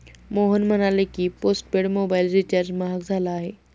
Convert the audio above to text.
मोहन म्हणाला की, postpaid mobile recharge महाग झाला आहे